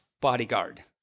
Bodyguard